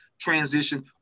transition